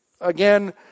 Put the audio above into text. again